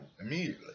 immediately